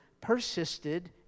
persisted